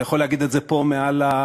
אתה יכול להגיד את זה מעל הדוכן.